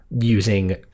using